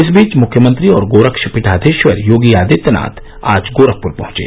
इस बीच मुख्यमंत्री और गोरक्षपीठाधीश्वर योगी आदित्यनाथ आज गोरखप्र पहंचे